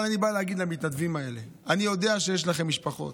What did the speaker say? אבל אני בא להגיד למתנדבים האלה: אני יודע שיש לכם משפחות,